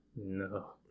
No